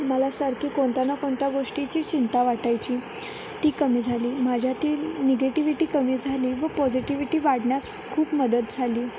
मला सारखी कोणत्या ना कोणत्या गोष्टीची चिंता वाटायची ती कमी झाली माझ्यातील निगेटिविटी कमी झाली व पॉझिटिविटी वाढण्यास खूप मदत झाली